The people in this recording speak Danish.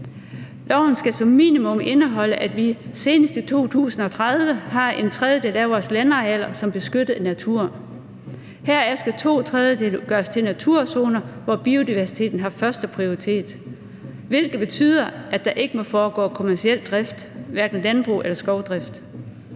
Loven skal som minimum indeholde, at vi senest i 2030 har en tredjedel af vores landarealer som beskyttet natur. Heraf skal to tredjedele gøres til naturzoner, hvor biodiversiteten har førsteprioritet, hvilket betyder, at der ikke må foregå kommerciel drift, hverken landbrug eller skovdrift.